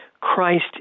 Christ